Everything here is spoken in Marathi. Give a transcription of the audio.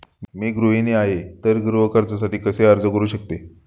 मी गृहिणी आहे तर गृह कर्जासाठी कसे अर्ज करू शकते?